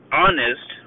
honest